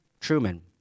Truman